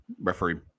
referee